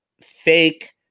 fake